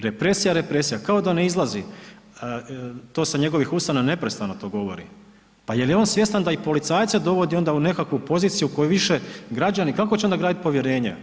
Represija, represija, kao da ne izlazi to sa njegovih usana, neprestano to govori, pa je li on svjestan da i policajce dovodi onda u nekakvu poziciju u kojoj više građani, kako će onda gradit povjerenje?